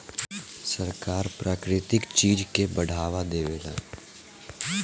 सरकार प्राकृतिक चीज के बढ़ावा देवेला